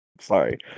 Sorry